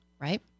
right